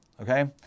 okay